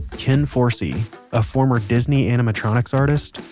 ken forsee, a former disney animatronics artist,